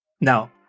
Now